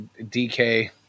DK